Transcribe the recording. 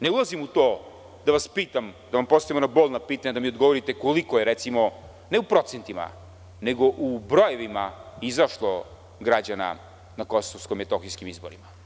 Ne ulazim u to, da vas pitam, da vam postavim bolno pitanje, da mi odgovorite – koliko je, ne u procentima, nego u brojevima, izašlo građana na kosovsko-metohijskim izborima?